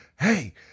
hey